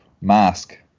Mask